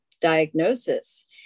diagnosis